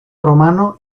romano